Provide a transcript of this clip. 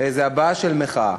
איזו הבעה של מחאה.